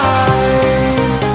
eyes